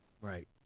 Right